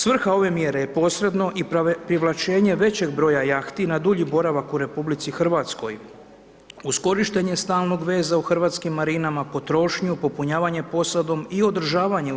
Svrha ove mjere je posredno i privlačenje većeg broja jahti na dulji boravak u RH uz korištenje stalnog veza u hrvatskim marinama, potrošnju, popunjavanje posadom i održavanje u RH.